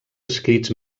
escrits